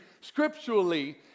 scripturally